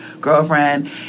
girlfriend